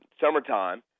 summertime